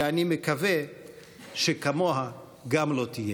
ואני מקווה שכמוה גם לא תהיה.